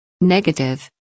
Negative